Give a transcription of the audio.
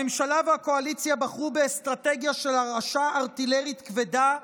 הממשלה והקואליציה בחרו באסטרטגיה של הרעשה ארטילרית כבדה,